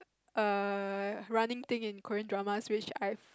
err running thing in Korean dramas which I